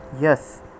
Yes